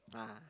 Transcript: ah